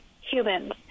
humans